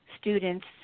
students